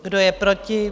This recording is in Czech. Kdo je proti?